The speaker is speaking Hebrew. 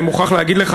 אני מוכרח להגיד לך,